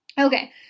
Okay